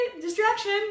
Distraction